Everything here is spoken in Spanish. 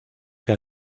que